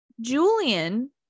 Julian